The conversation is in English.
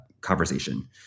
conversation